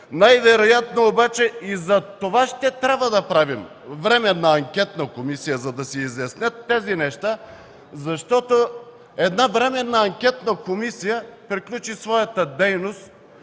Най-вероятно обаче и за това ще трябва да правим временна анкетна комисия, за да се изяснят тези неща, защото една временна анкетна комисия приключи своята дейност